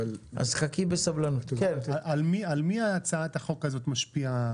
על מי הצעת החוק הזאת משפיעה?